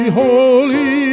holy